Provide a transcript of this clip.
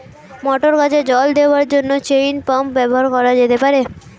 মটর গাছে জল দেওয়ার জন্য চেইন পাম্প ব্যবহার করা যেতে পার?